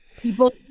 people